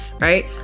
Right